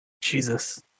Jesus